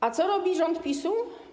A co robi rząd PiS-u?